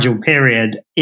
period